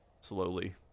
slowly